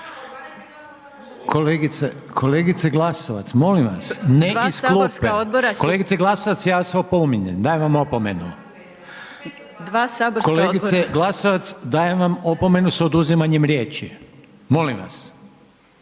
Kolegice Glasovac molim vas, ne iz klupe. Kolegice Glasovac ja vas opominjem, dajem vam opomenu. **Reiner, Željko (HDZ)** Kolegice Glasovac dajem vam opomenu s oduzimanjem riječi, molim vas.